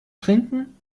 trinken